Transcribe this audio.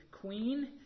queen